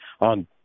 on